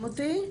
שומעים אותי?